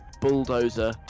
bulldozer